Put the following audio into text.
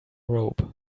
robe